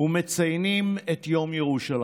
ומציינים את יום ירושלים.